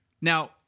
now